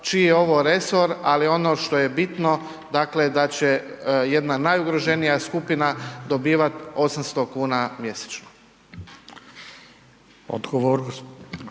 čiji je ovo resor, ali ono što je bitno dakle da će jedna najugroženija skupina dobivati 800 kuna mjesečno. **Radin,